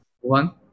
one